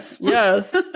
Yes